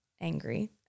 angry